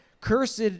Cursed